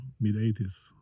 mid-80s